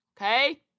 Okay